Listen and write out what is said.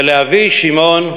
ולאבי שמעון,